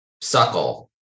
suckle